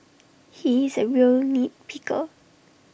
he is A real nit picker